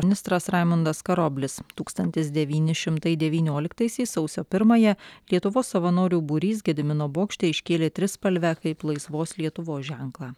ministras raimundas karoblis tūkstantis devyni šimtai devynioliktaisiais sausio pirmąją lietuvos savanorių būrys gedimino bokšte iškėlė trispalvę kaip laisvos lietuvos ženklą